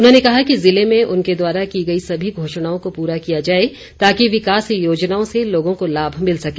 उन्होंने कहा कि ज़िले में उनके द्वारा की गई सभी घोषणाओं को पूरा किया जाए ताकि विकास योजनाओं से लोगों को लाभ मिल सके